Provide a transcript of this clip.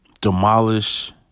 demolish